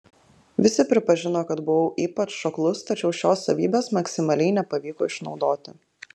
visi pripažino kad buvau ypač šoklus tačiau šios savybės maksimaliai nepavyko išnaudoti